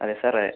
അതെ സാർ അതെ